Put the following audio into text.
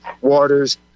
waters